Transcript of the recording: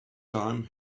time